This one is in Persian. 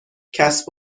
کسب